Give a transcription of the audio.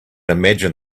imagine